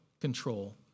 control